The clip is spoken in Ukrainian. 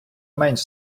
менш